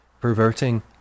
perverting